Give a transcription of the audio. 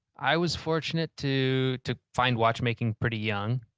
i was fortunate to to find watchmaking pretty young.